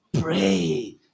pray